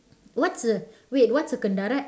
what's a wait what's a kendarat